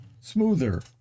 smoother